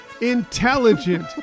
intelligent